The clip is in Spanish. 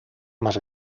más